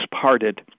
parted